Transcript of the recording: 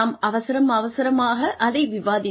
நாம் அவசர அவசரமாக அதை விவாதித்தோம்